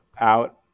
out